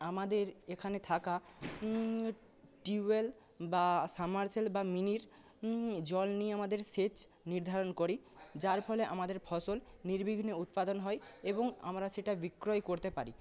আমাদের এখানে থাকা টিউবওয়েল বা সাবমারসিবেল বা মিনির জল নিয়ে আমাদের সেচ নির্ধারন করি যার ফলে আমাদের ফসল নির্বিঘ্নে উৎপাদন হয় এবং আমরা সেটা বিক্রয় করতে পারি